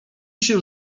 się